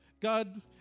God